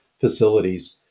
facilities